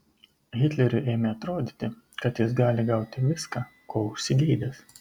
hitleriui ėmė atrodyti kad jis gali gauti viską ko užsigeidęs